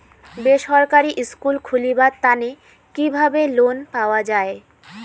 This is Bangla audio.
বেসরকারি স্কুল খুলিবার তানে কিভাবে লোন পাওয়া যায়?